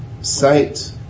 sight